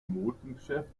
modegeschäften